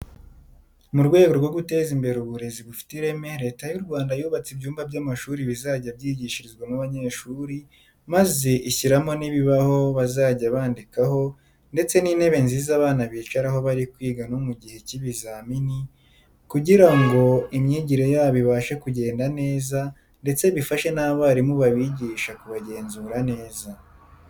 Mu rwego rwo guteza imbere uburezi bufite ireme Leta y'u Rwanda yubatse ibyumba by'amashuri bizajya byigishirizwamo abanyeshuri maze ishyiramo n'ibibaho bazajya bandikaho ndetse n'intebe nziza abana bicaraho bari kwiga no mu gihe cy'ibizami kugira ngo imyigire yabo ibashe kugenda neza ndetse bifashe n'abarimu babigisha kubagenzura neza.